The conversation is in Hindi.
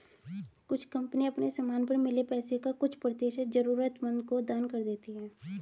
कुछ कंपनियां अपने समान पर मिले पैसे का कुछ प्रतिशत जरूरतमंदों को दान कर देती हैं